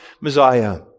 Messiah